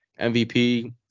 MVP